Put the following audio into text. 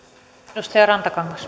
arvoisa